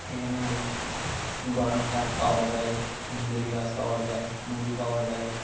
এখানে গরম কাঠ পাওয়া যায় সুন্দরী গাছ পাওয়া যায় মধু পাওয়া যায়